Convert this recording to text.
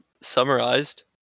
summarized